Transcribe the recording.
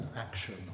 action